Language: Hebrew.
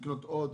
לקנות עוד?